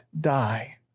die